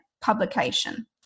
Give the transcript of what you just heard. publication